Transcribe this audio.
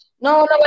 no